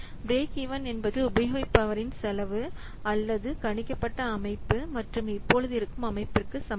break even என்பது உபயோகிப்பாளர் செலவு அல்லது கணிக்கப்பட்ட அமைப்பு மற்றும் இப்பொழுது இருக்கும் அமைப்பு க்கு சமம்